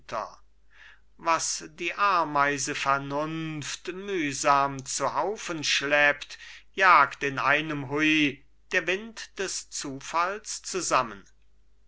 was die ameise vernunft mühsam zu haufen schleppt jagt in einem hui der wind des zufalls zusammen